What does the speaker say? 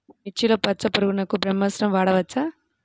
మిర్చిలో పచ్చ పురుగునకు బ్రహ్మాస్త్రం వాడవచ్చా?